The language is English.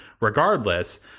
regardless